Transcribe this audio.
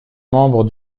membres